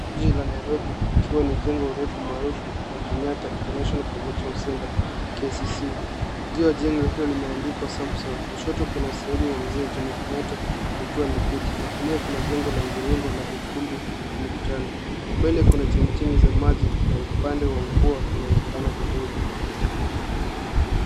Jiji la Nairobi ikiwa ni jengo urefu maarufu la Kenyatta International Convention Center KCC . Juu ya jengo hilo limeandikwa Samsung kushoto kuna sanamu ya Mzee Jomo Kenyatta akiwa ameketi na kulia kuna jengo la mviringo la ukumbi wa mikutano. Mbele kuna chemichemi za maji na upande wa mvua unaonekana kidogo.